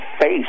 face